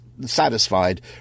satisfied